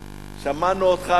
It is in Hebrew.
שמענו אותך,